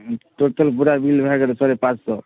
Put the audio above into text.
total पूरा bill भए गेलै साढ़े पाॅंच सए